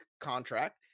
contract